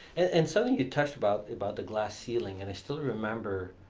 and certainly you touched about the about the glass ceiling and i still remember.